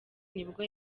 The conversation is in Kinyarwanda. nibwo